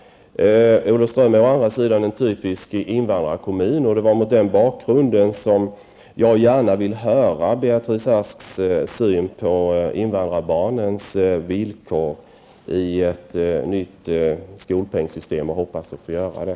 Olofström är å andra sidan en typisk invandrarkommun. Det är mot den bakgrunden som jag gärna vill höra Beatrice Asks syn på invandrarbarnens villkor i ett nytt skolpengssystem, och jag hoppas att få göra det.